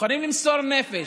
מוכנים למסור נפש.